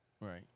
Right